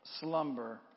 slumber